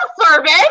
service